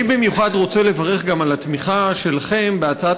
אני במיוחד רוצה לברך גם על התמיכה שלכם בהצעת